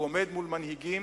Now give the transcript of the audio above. והוא עומד מול מנהיגים,